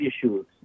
issues